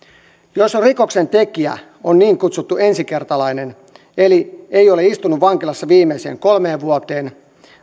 jos rikoksentekijä on niin kutsuttu ensikertalainen eli ei ole istunut vankilassa viimeiseen kolmeen vuoteen